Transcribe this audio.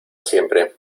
siempre